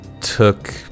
took